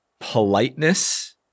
politeness